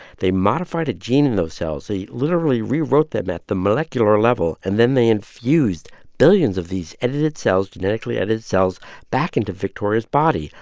they modified a gene in those cells. they literally rewrote them at the molecular level. and then they infused billions of these edited cells genetically edited cells back into victoria's body,